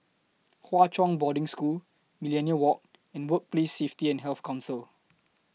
Hwa Chong Boarding School Millenia Walk and Workplace Safety and Health Council